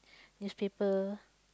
newspaper